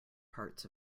parts